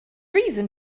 reason